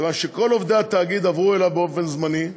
מכיוון שכל עובדי התאגיד עברו אליו באופן זמני,